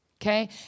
Okay